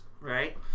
right